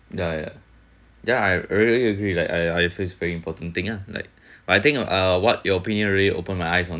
ya ya ya I really agree like I I also think it's very important thing ah but like I think uh what your opinion already opened my eyes on